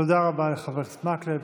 תודה רבה לחבר הכנסת מקלב.